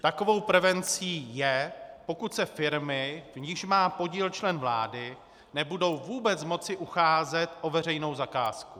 Takovou prevencí je, pokud se firmy, v nichž má podíl člen vlády, nebudou vůbec moci ucházet o veřejnou zakázku.